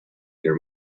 near